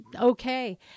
okay